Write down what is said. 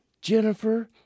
Jennifer